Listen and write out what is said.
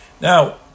Now